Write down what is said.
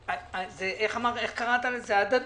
איך קראת לזה הדדי?